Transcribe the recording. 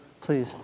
Please